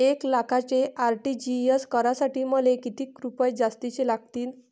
एक लाखाचे आर.टी.जी.एस करासाठी मले कितीक रुपये जास्तीचे लागतीनं?